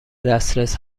دسترس